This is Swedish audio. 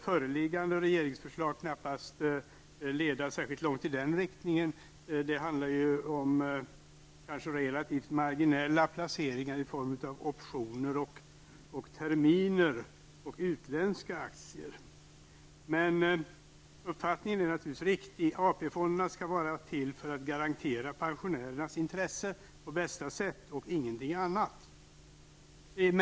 Föreliggande regeringsförslag kan väl knappast leda särskilt långt i den riktningen, eftersom det handlar om relativt marginella placeringar i form av optioner, terminer och utländska aktier. Men de borgerliga partiernas uppfattning är naturligtvis riktig -- AP-fonderna skall vara till för att garantera pensionärernas intressen på bästa sätt och ingenting annat.